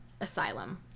asylum